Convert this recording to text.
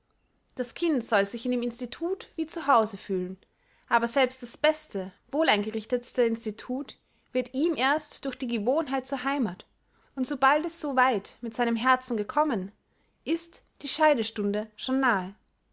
das kind soll sich in dem institut wie zu hause fühlen aber selbst das beste wohleingerichtetste institut wird ihm erst durch die gewohnheit zur heimath und sobald es so weit mit seinem herzen gekommen ist die scheidestunde schon nahe